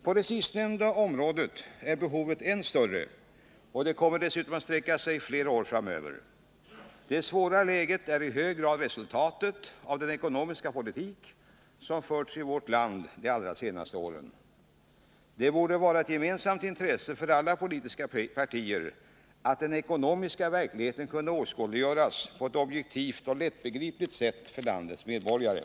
På det sistnämnda området är behovet än större, och det kommer dessutom att sträcka sig flera år framöver. Det svåra läget är i hög grad resultatet av den ekonomiska politik som förts i vårt land de allra senaste åren. Det borde vara ett gemensamt intresse för alla politiska partier att den ekonomiska verkligheten kunde åskådliggöras på ett objektivt och lättbegripligt sätt för landets medborgare.